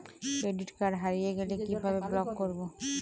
Credit card হারিয়ে গেলে কি ভাবে ব্লক করবো?